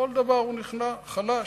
בכל דבר הוא נכנע, חלש.